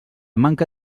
manca